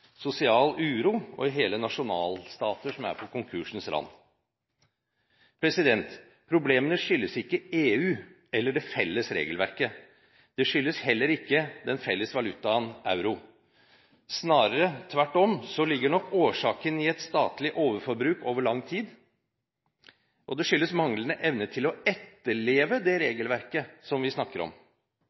sosial uro og hele nasjonalstater som er på konkursens rand. Problemene skyldes ikke EU eller det felles regelverket. Det skyldes heller ikke den felles valutaen, euro. Snarere tvert om ligger nok årsaken i et statlig overforbruk over lang tid, og det skyldes manglende evne til å etterleve det regelverket vi snakker om.